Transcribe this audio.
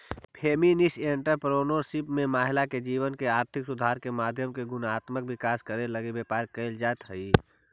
feminist entrepreneurship में महिला के जीवन में आर्थिक सुधार के माध्यम से गुणात्मक विकास करे लगी व्यापार कईल जईत हई